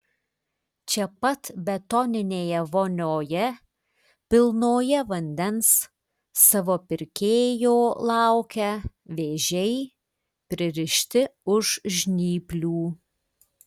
čia pat betoninėje vonioje pilnoje vandens savo pirkėjo laukia vėžiai pririšti už žnyplių